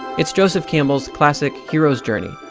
it's joseph campbell's classic hero's journey.